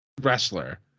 wrestler